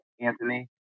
Anthony